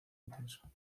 intenso